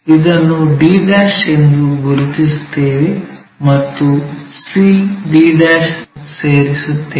ಇದನ್ನು d ಎಂದು ಗುರುತಿಸುತ್ತೇವೆ ಮತ್ತು c d' ಸೇರಿಸುತ್ತೇವೆ